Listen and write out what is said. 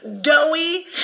doughy